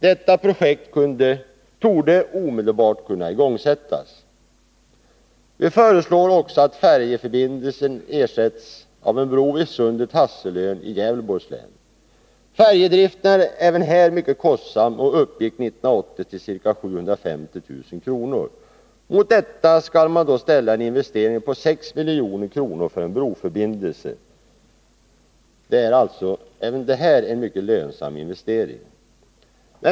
Detta projekt torde kunna igångsättas omedelbart. En bro vid Sundet-Hasselön i Gävleborgs län. Färjedriften är även här mycket kostsam, och kostnaden för den uppgick 1980 till ca 750 000 kr. Mot detta skall man då ställa en investering på 6 milj.kr. för en broförbindelse. Även detta är alltså en mycket lönsam investering.